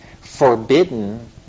forbidden